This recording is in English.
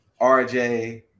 RJ